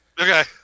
Okay